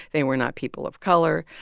they were not people of color.